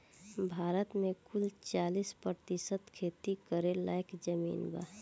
भारत मे कुल चालीस प्रतिशत खेती करे लायक जमीन बा